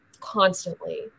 constantly